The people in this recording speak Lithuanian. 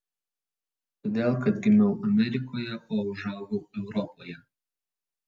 todėl kad gimiau amerikoje o užaugau europoje